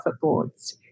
boards